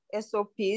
SOPs